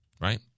right